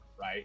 right